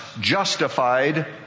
justified